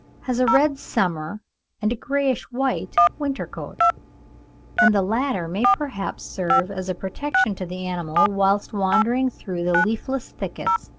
has a red summer and a greyish-white winter coat and the latter may perhaps serve as a protection to the animal whilst wandering through the leafless thickets,